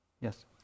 Yes